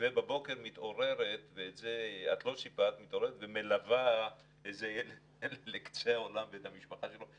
ובבוקר מתעוררת ומלווה איזה ילד ואת המשפחה שלו לקצה העולם.